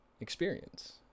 experience